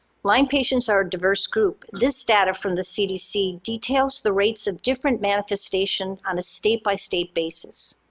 lyme patients are diverse group. this data from the cdc details the rates of different manifestation on a state by state basis.